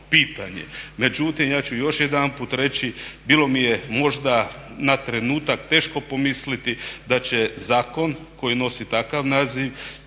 Međutim, ja ću još jedanput reći, bilo mi je možda na trenutak teško pomisliti da će zakon koji nosi takav zakon